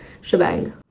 shebang